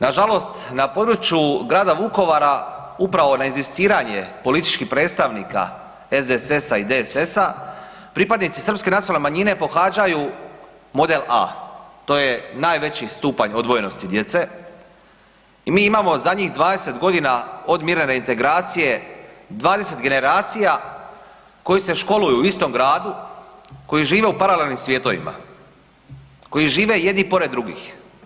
Nažalost na području grada Vukovara upravo na inzistiranje političkih predstavnika SDSS-a i DSS-a pripadnici srpske nacionalne manjine pohađaju model A, to je najveći stupanj odvojenosti djece i mi imamo zadnjih 20 godina od mirne reintegracije 20 generacija koji se školuju u istom gradu koji žive u paralelnim svjetovima, koji žive jedni pored drugih.